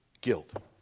guilt